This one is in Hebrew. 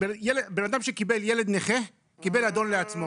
בן אדם שקיבל ילד נכה, קיבל אדון לעצמו.